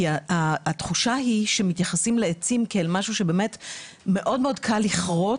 התחושה היא שמתייחסים לעצים כאל משהו שבאמת מאוד קל לכרות,